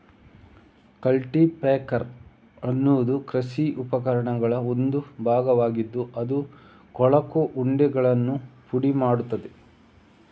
culti packer ಎನ್ನುವುದು ಕೃಷಿ ಉಪಕರಣಗಳ ಒಂದು ಭಾಗವಾಗಿದ್ದು ಅದು ಕೊಳಕು ಉಂಡೆಗಳನ್ನು ಪುಡಿ ಮಾಡುತ್ತದೆ